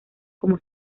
como